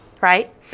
right